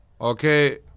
okay